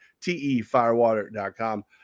tefirewater.com